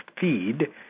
feed